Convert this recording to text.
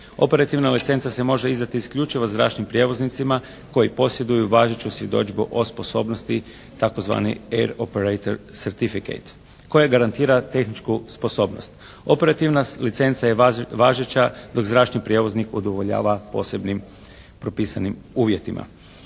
Operativna licenca se može izdati isključivo zračnim prijevoznicima koji posjeduju važeću svjedodžbu o sposobnosti tzv. Air Operator Certificate, koji garantira tehničku sposobnost. Operativna licenca je važeća dok zračni prijevoznik udovoljava posebnim propisanim uvjetima.